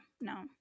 No